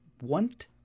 Want